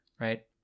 right